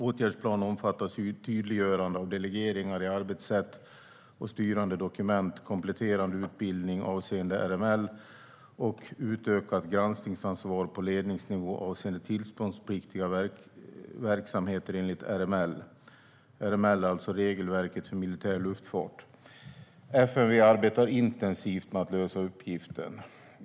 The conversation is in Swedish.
Åtgärdsplanen omfattar tydliggörande av delegeringar i arbetssätt och styrande dokument, kompletterande utbildning avseende RML och utökat granskningsansvar på ledningsnivå avseende tillståndspliktiga verksamheter enligt RML. FMV arbetar intensivt med att lösa uppgiften.